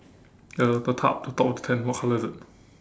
the the tarp the top of the tent what color is it